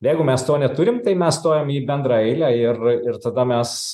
jeigu mes to neturim tai mes stojam į bendrą eilę ir ir tada mes